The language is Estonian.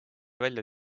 välja